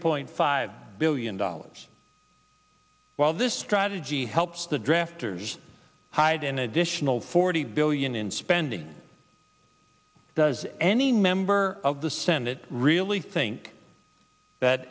point five billion dollars while this strategy helps the drafters hide an additional forty billion in spending does any member of the senate really think that